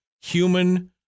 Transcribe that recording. human